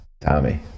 Tommy